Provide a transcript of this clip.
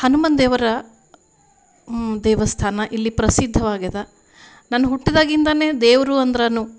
ಹನುಮಾನ್ ದೇವರ ದೇವಸ್ಥಾನ ಇಲ್ಲಿ ಪ್ರಸಿದ್ಧವಾಗಿದೆ ನಾನು ಹುಟ್ದಾಗಿಂದಲೇ ದೇವರು ಅಂದ್ರ